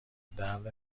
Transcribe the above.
درد